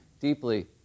deeply